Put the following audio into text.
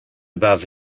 above